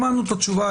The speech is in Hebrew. שמענו את התשובה,